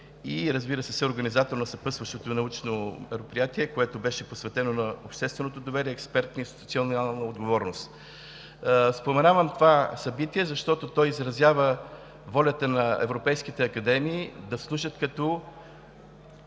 домакин и съорганизатор на съпътстващото научно мероприятие, което беше посветено на „Обществено доверие, експертна и институционална отговорност“. Споменавам това събитие, защото то изразява волята на европейските академии да служат като